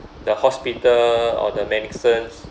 the hospital or the medicines